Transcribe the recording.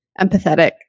empathetic